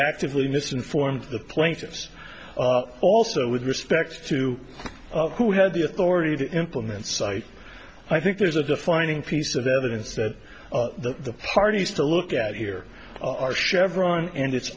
actively misinformed the plaintiffs also with respect to who had the authority that implements i think there's a defining piece of evidence that the parties to look at here are chevron and it's